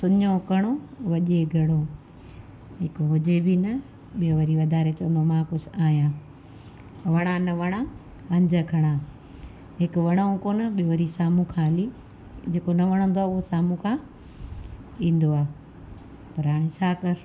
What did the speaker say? सुञो कणो वॼे घणो हिकु हुजे बि न ॿियों वरी वधारे चवंदो मां कुझु आहियां वणा न वणा हंज खणा हिकु वणो कोन बि वरी साम्हू खाली जेको न वणंदो आहे उहो साम्हूं ईंदो आहे पर हाणे छा कर